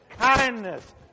kindness